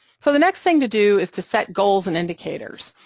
so the next thing to do is to set goals and indicators,